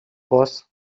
boss